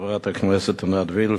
חברת הכנסת עינת וילף,